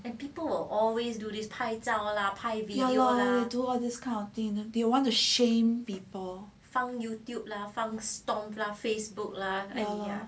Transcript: you do all this kind of thing you know do you want to shame people